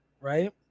right